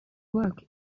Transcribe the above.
work